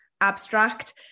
abstract